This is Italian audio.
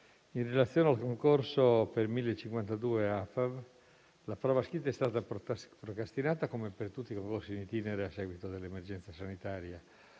in relazione al concorso per 1.052 AFAV, la prova scritta è stata procrastinata, come per tutti i concorsi *in itinere*, a seguito dell'emergenza sanitaria.